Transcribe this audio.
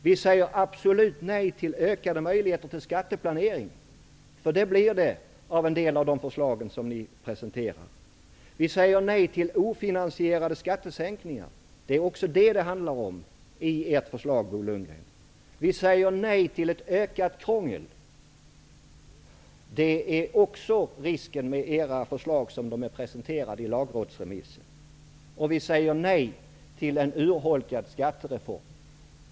Vi säger absolut nej till ökade möjligheter för skatteplanering -- det blir nämligen följden av en del av de förslag som ni presenterar. Vi säger nej till ofinansierade skattesänkningar. Det handlar det också om i era förslag, Bo Lundgren. Vi säger nej till ett ökat krångel, vilket också är risken med era förslag så som de presenteras i lagrådsremissen. Och vi säger nej till en urholkad skattereform.